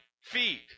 feet